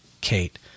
Kate